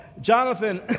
Jonathan